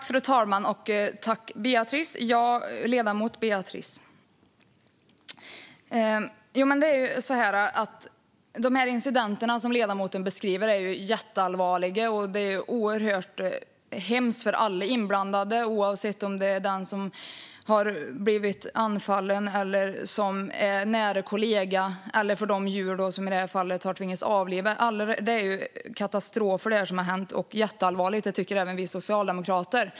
Fru talman! De incidenter som ledamoten beskriver är jätteallvarliga, och det är oerhört hemskt för alla inblandade oavsett om det är den som har blivit anfallen, en nära kollega eller djur som man har tvingats avliva. Det är katastrofer som har hänt, och det är jätteallvarligt. Det tycker även vi socialdemokrater.